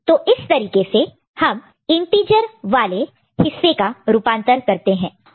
तो इस तरीके से हम इंटीजर वाले हिस्से का रूपांतर कन्वर्शन conversion करते हैं